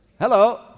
Hello